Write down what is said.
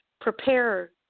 prepare